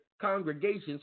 congregation's